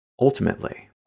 Ultimately